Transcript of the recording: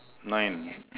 nine